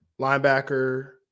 linebacker